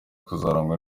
kuzarangwa